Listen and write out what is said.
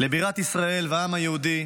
לבירת ישראל ולעם היהודי,